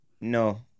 no